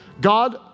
God